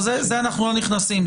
לזה אנחנו לא נכנסים.